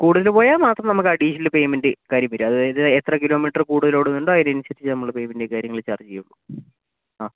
കൂടുതൽ പോയാൽ മാത്രം നമുക്ക് അഡിഷണൽ പേയ്മെൻറ് കാര്യം വരും അതായത് എത്ര കിലോമീറ്റർ കൂടുതലോടുന്നുണ്ടോ അതിനനുസരിച്ചു നമ്മൾ പേയ്മെന്റും കാര്യങ്ങളും ചാർജ് ചെയ്യും ആ